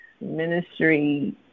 ministry